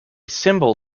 symbol